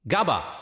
Gaba